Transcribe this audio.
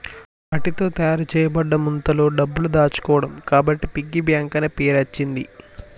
మట్టితో తయారు చేయబడ్డ ముంతలో డబ్బులు దాచుకోవడం కాబట్టి పిగ్గీ బ్యాంక్ అనే పేరచ్చింది